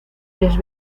les